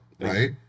Right